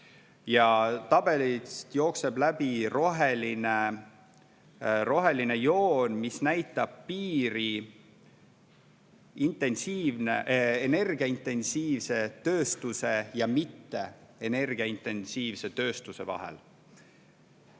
Tabelist jookseb läbi roheline joon, mis näitab piiri energiaintensiivse tööstuse ja mitteenergiaintensiivse tööstuse vahel.